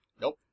Nope